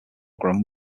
grammar